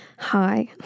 hi